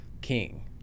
king